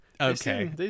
Okay